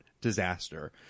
disaster